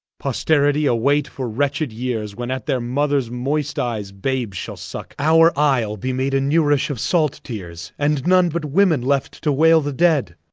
posteritie await for wretched yeeres, when at their mothers moistned eyes, babes shall suck, our ile be made a nourish of salt teares, and none but women left to wayle the dead.